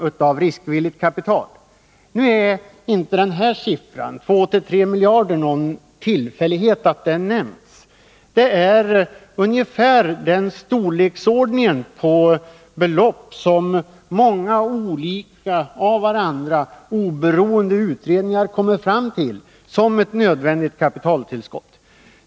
Nu är det inte någon tillfällighet att den här siffran 2-3 miljarder nämns. Det är belopp i ungefär den storleksordningen som många olika av varandra oberoende utredningar kommer fram till är ett nödvändigt Nr 51 kapitaltillskott.